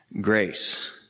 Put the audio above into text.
grace